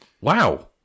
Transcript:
wow